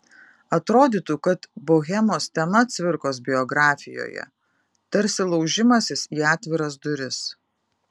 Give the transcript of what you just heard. atrodytų kad bohemos tema cvirkos biografijoje tarsi laužimasis į atviras duris